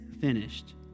finished